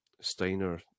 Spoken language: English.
Steiner